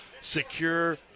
secure